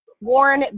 Warren